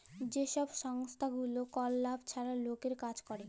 যে ছব সংস্থাগুলা কল লাভ ছাড়া লকের কাজ ক্যরে